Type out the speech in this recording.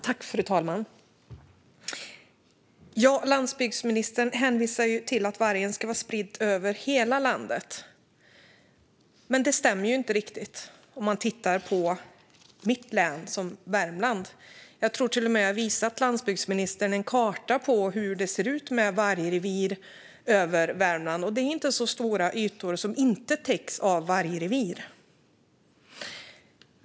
Fru talman! Landsbygdsministern säger att vargen ska vara spridd över hela landet, men så är det inte. Jag tror att jag har visat landsbygdsministern en karta över hur nästan hela mitt hemlän Värmland täcks av vargrevir.